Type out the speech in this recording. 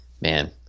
man